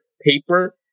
paper